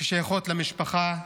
ששייכות למשפחה.